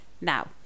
now